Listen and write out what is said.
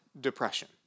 depression